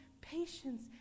patience